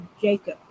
jacob